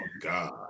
God